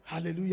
Hallelujah